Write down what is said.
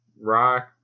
Rock